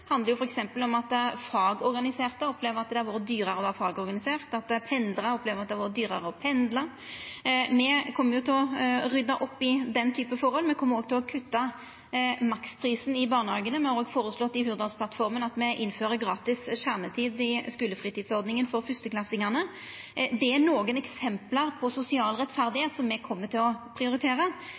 om at fagorganiserte har opplevd at det har vorte dyrare å vera fagorganisert, at pendlarar opplever at det har vorte dyrare å pendla. Me kjem til å rydda opp i slike forhold. Me kjem òg til å kutta maksprisen i barnehagane. Me har òg føreslått i Hurdalsplattforma å innføra gratis kjernetid i skulefritidsordninga for førsteklassingane. Det er nokre eksempel på sosial rettferd som me kjem til å prioritera.